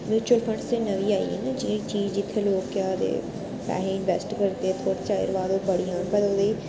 mutual funds बी नमीं आई गइयां ना जियां चीज जित्थै लोक केह् आखदे पैहे इनवेस्ट करदे थोह्ड़े चिर बाद ओह् बड़ी जान ओह् बी